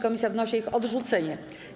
Komisja wnosi o ich odrzucenie.